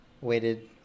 waited